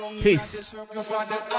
Peace